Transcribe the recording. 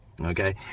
Okay